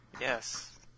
Yes